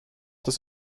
das